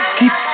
keep